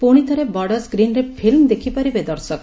ପୁଣି ଥରେ ବଡ଼ ସ୍କିନ୍ରେ ଫିଲ୍ ଦେଖିପାରିବେ ଦର୍ଶକ